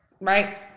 right